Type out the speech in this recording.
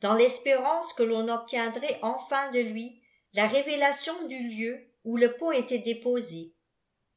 dans l'espérance que l'on obtiendrait enfin de lui la révélation du lieu où le pot était déposé